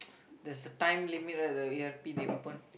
there's a time limit right the E_R_P they open